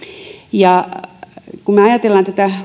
kun me ajattelemme